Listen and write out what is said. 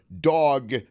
dog